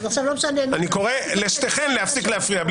אז עכשיו לא משנה --- אני קורא לשתיכן להפסיק להפריע.